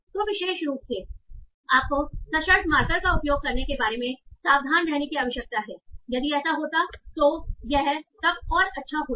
तो विशेष रूप से आपको सशर्त मार्कर का उपयोग करने के बारे में सावधान रहने की आवश्यकता है यदि ऐसा होता तो यह तब और अच्छा होता